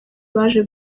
baje